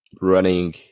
running –